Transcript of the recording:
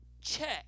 check